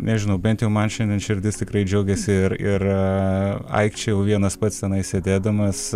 nežinau bent jau man šiandien širdis tikrai džiaugiasi ir ir aikčiojau vienas pats tenai sėdėdamas